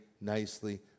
nicely